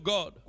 God